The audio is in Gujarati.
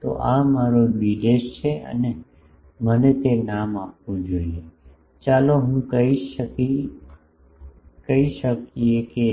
તો આ મારો બી છે અને મને તે નામ આપવું જોઈએ ચાલો હું કહી શકીએ કે